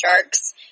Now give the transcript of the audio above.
Sharks